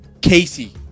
Casey